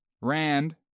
Rand